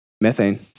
Methane